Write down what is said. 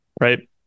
right